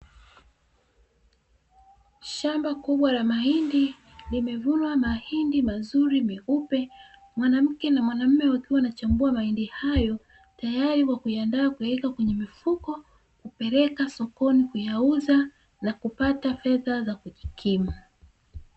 Shamba kubwa la mahindi, limevunwa mahindi mazuri meupe. Mwanamke na mwanaume wakiwa wanachambua mahindi hayo tayari kwa kuyaandaa kuyaweka kwenye mifuko, kupeleka sokoni kuyauza na kupata fedha za kujikimu.